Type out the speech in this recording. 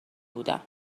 بودم